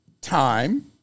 time